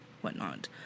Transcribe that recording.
whatnot